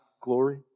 glory